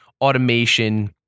automation